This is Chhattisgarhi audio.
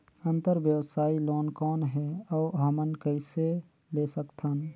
अंतरव्यवसायी लोन कौन हे? अउ हमन कइसे ले सकथन?